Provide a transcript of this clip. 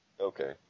okay